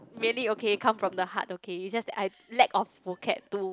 really okay come from the heart okay is just that I lack of vocab to